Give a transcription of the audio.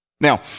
Now